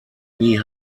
nie